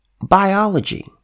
biology